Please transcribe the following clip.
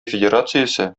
федерациясе